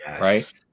Right